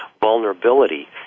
vulnerability